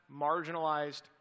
marginalized